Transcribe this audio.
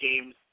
games